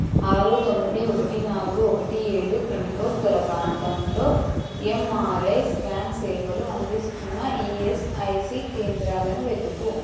ఆరు తొమ్మిది ఒకటి నాలుగు ఒకటి ఏడు పిన్ కోడ్ గల ప్రాంతంలో ఎమ్ఆర్ఐ స్కాన్ సేవలు అందిస్తున్న ఈఎస్ఐసి కేంద్రాలను వెతుకు